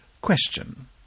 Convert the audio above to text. Question